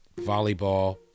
volleyball